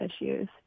issues